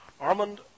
Armand